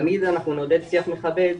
תמיד אנחנו נעודד שיח מכבד,